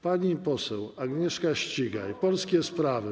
Pani poseł Agnieszka Ścigaj, Polskie Sprawy.